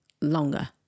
longer